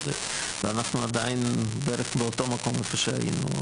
ואנחנו עדיין בערך באותו המקום שהיינו.